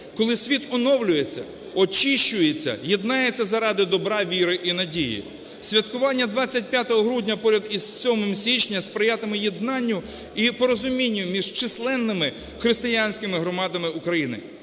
коли день оновлюється, очищується, єднається заради добра, віри і надії. Святкування 25 грудня поряд із 7 січня сприятиме єднанню і порозумінню між численними християнськими громадами України.